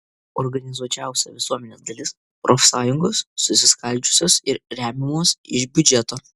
organizuočiausia visuomenės dalis profsąjungos susiskaldžiusios ir remiamos iš biudžeto